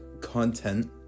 content